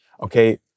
okay